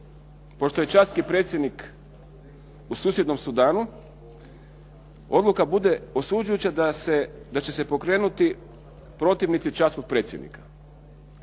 pošto je Čadski predsjednik u susjednom Sudanu, odluka bude osuđujuća da će se pokrenuti protivnici Čadskog predsjednika.